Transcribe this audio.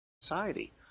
society